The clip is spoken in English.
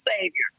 Savior